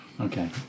Okay